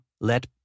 let